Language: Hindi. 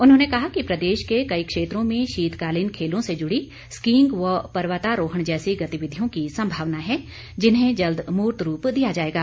उन्होंने कहा कि प्रदेश के कई क्षेत्रों में शीतकालीन खेलों से जुड़ी स्कीईग पर्वतारोहण जैसी गतिविधियों की सम्भावना है जिन्हें जल्द मूर्त रूप दिया जाएगा